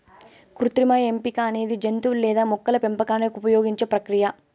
కృత్రిమ ఎంపిక అనేది జంతువులు లేదా మొక్కల పెంపకానికి ఉపయోగించే ప్రక్రియ